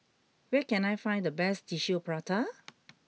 where can I find the best Tissue Prata